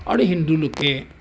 আৰু হিন্দু লোকে